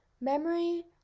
memory